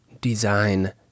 design